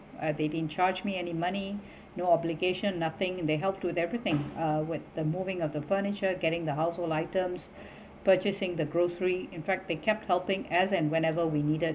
and they didn't charge me any money no obligation nothing they helped with everything uh with the moving of the furniture getting the household items purchasing the grocery in fact they kept helping as an whenever we needed